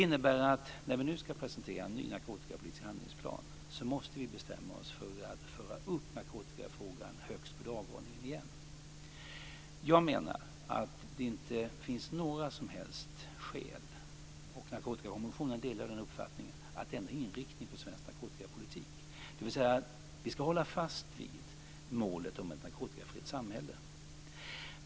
När vi nu ska presentera en ny narkotikapolitisk handlingsplan måste vi bestämma oss för att föra upp narkotikafrågan högst på dagordningen igen. Jag anser att det inte finns några som helst skäl - och Narkotikakommissionen delar den uppfattningen - att ändra inriktning på svensk narkotikapolitik. Vi ska hålla fast vid målet ett narkotikafritt samhälle.